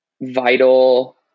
vital